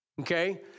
okay